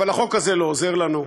אבל החוק הזה לא עוזר לנו.